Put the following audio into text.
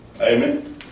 Amen